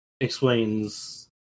explains